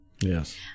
Yes